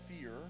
fear